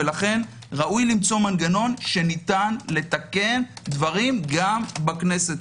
לכן ראוי למצוא מנגנון שניתן לתקן דברים גם בכנסת.